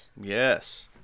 Yes